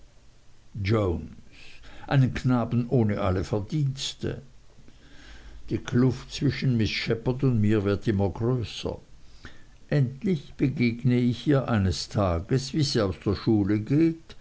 jones einen knaben ohne alle verdienste die kluft zwischen miß shepherd und mir wird immer größer endlich begegne ich ihr eines tages wie sie aus der schule geht